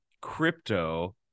Crypto